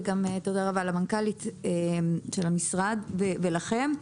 וגם תודה רבה למנכ"לית משרד התקשורת ולכם.